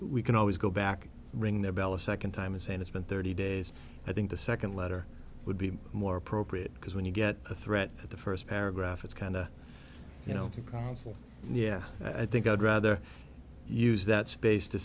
we can always go back ringing the bell a second time and saying it's been thirty days i think the second letter would be more appropriate because when you get a threat at the first paragraph it's kind of you know the council yeah i think i'd rather use that space to